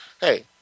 Hey